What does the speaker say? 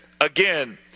again